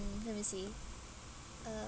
mm let me see uh